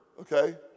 Okay